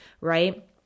right